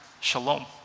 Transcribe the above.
shalom